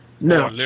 No